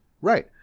Right